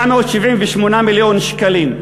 778 מיליון שקלים.